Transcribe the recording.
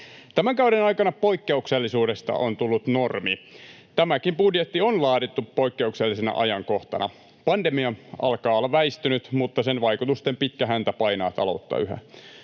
Tämän kauden aikana poikkeuksellisuudesta on tullut normi; tämäkin budjetti on laadittu poikkeuksellisena ajankohtana. Pandemia alkaa olla väistynyt, mutta sen vaikutusten pitkä häntä painaa taloutta yhä.